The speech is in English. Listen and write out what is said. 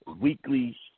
weekly